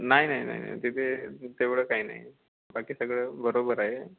नाही नाही नाही नाही तिथे तेवढं काही नाही बाकी सगळं बरोबर आहे